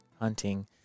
hunting